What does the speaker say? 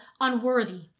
unworthy